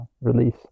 release